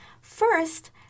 First